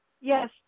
Yes